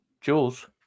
Jules